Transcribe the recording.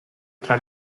tra